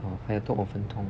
oh 还有多五分钟